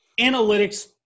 analytics